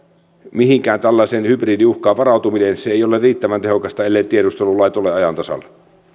mihinkään tällaiseen hybridiuhkaan varautuminen ei ole riittävän tehokasta elleivät tiedustelulait ole ajan tasalla